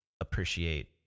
appreciate